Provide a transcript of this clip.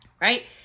Right